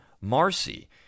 Marcy